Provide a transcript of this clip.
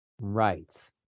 Right